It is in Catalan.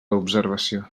observació